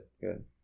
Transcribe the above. good